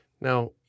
Now